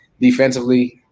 defensively